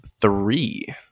three